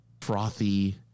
frothy